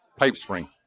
PipeSpring